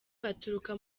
baturuka